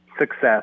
success